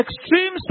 extreme